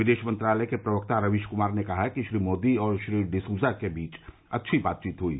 विदेश मंत्रालय के प्रवक्ता रवीश कुमार ने कहा कि श्री मोदी और श्री डि सूजा के बीच अच्छी बातचीत हुई